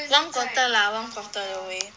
one quarter lah one quarter the way